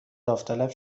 داوطلب